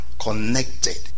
connected